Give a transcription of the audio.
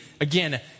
Again